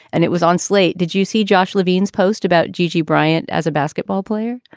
and it was on slate. did you see josh levine's post about g g bryant as a basketball player?